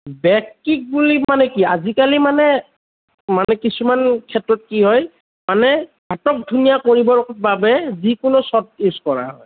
back kick বুলি মানে কি আজিকালি মানে মানে কিছুমান ক্ষেত্ৰত কি হয় মানে আতকধুনীয়া কৰিবৰ বাবে যিকোনো শ্বট ইউজ কৰা হয়